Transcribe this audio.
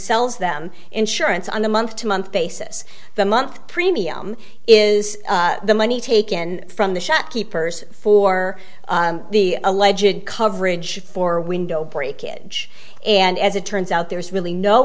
sells them insurance on a month to month basis the month premium is the money taken from the shopkeepers for the alleged coverage for window breakage and as it turns out there's really no